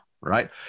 right